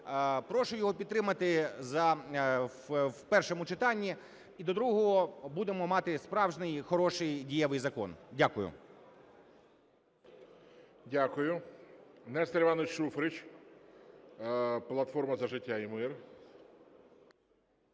Прошу його підтримати в першому читанні і до другого будемо мати справжній, хороший, дієвий закон. Дякую. ГОЛОВУЮЧИЙ. Дякую. Нестор Іванович Шуфрич, "Платформа за життя та мир".